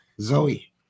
Zoe